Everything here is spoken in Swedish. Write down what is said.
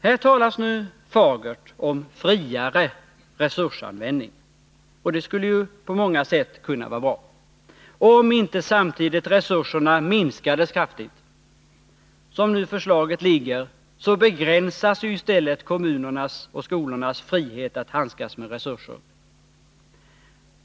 Här talas nu fagert om friare resursanvändning, och det skulle ju på många sätt kunna vara bra, om inte samtidigt resurserna minskades kraftigt. Som förslaget nu ligger begränsas i stället kommunernas och skolornas frihet att handskas med resurser.